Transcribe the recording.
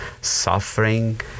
suffering